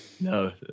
no